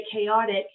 chaotic